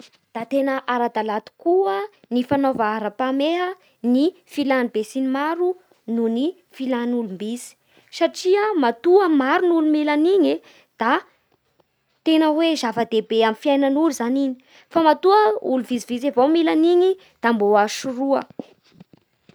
Da tena ara-dalà tokoa ny fanaova ny aram-pameha ny filan'ny besinimaro noho ny filàn'olom-bitsy satria natoa maro ny olo mila an'iny e da tena hoe zava-dehibe amin'ny fiainan'olo zagny igny fa matoa olo vistivitsy avao mila anigny da mbo azo soroha.